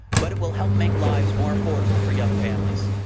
but it will help make lives more affordable for young families.